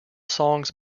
songs